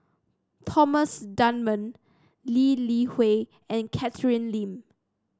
Thomas Dunman Lee Li Hui and Catherine Lim